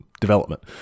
development